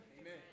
Amen